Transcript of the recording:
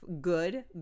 good